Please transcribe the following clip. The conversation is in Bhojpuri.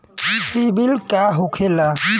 सीबील का होखेला?